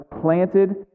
planted